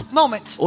moment